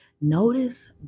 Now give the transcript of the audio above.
Notice